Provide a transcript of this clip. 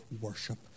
worship